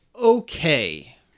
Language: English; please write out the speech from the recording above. okay